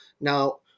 Now